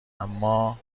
اما